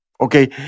okay